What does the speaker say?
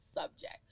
subject